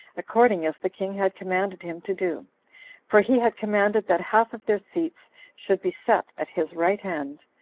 according as the king had commanded him to do for he had commanded that half of their seats should be set at his right hand,